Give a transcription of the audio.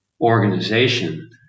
organization